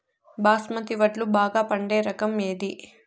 బాస్మతి వడ్లు బాగా పండే రకం ఏది